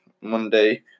Monday